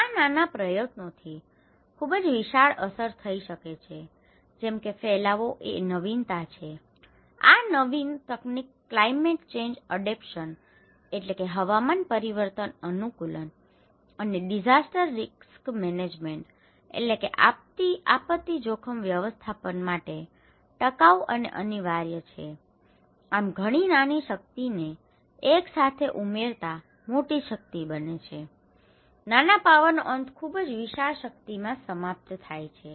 આ નાના પ્રયત્નોથી ખૂબ જ વિશાળ અસર થઈ શકે છે જેમ કે ફેલાવો એ નવીનતા છે આ નવીન તકનીક climate change adaptation climate change adaptations હવામાન પરિવર્તન અનુકૂલન અને disaster risk management disaster risk management આપત્તિ જોખમ વ્યવસ્થાપન માટે ટકાઉ અને અનિવાર્ય છે આમ ઘણી નાની શક્તિને એકસાથે ઉમેરતા મોટી શક્તિ બને છે નાના પાવરનો અંત ખૂબ જ વિશાળ શક્તિમાં સમાપ્ત થાય છે